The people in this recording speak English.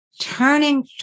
turning